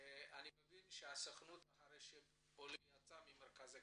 אני מבין שהסוכנות לאחר שהעולה יצא ממרכז הקליטה,